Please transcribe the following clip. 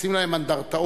עושים להם אנדרטאות.